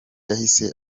yahise